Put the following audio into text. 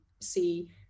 see